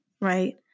right